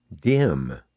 dim